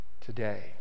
today